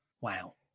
Wow